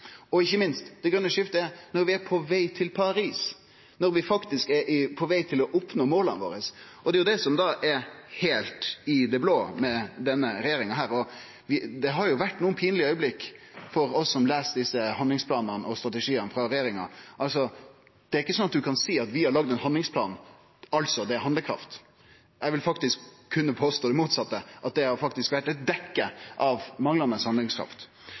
Og ikkje minst, det grøne skiftet er når vi er på veg til Paris, når vi faktisk er på veg til å oppnå måla våre. Det er det som er heilt i det blå med denne regjeringa her, og det har vore nokre pinlege augneblikk for oss som les desse handlingsplanane og strategiane frå regjeringa. Det er ikkje slik at ein kan seie: Vi har laga ein handlingsplan, altså er det handlekraft. Eg vil faktisk påstå det motsette, at det har vore å dekkje over for manglande